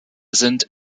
sind